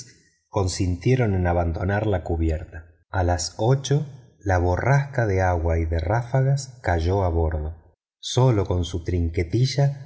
consintieron en abandonar la cubierta a las ocho la borrasca de agua y de ráfagas cayó a bordo sólo con su trinquetilla la